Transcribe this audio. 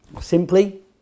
Simply